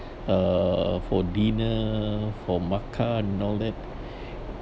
uh for dinner for makan all that